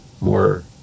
more